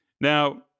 Now